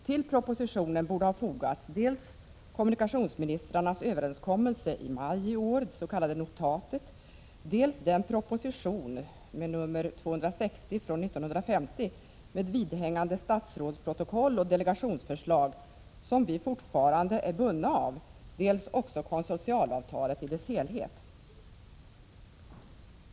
Till propositionen borde ha fogats dels kommunikationsministrarnas överenskommelse i maj i år, det s.k. notatet, dels den proposition, nr 260 från år 1950, med vidhängande statrådsprotokoll och delegationsförslag, som vi fortfarande är bundna av, dels också konsortialavtalet i dess helhet.